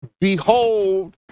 behold